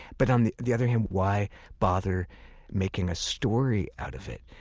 but on the the other hand, why bother making a story out of it?